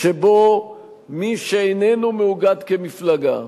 שבו מי שאיננו מאוגד כמפלגה,